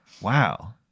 Wow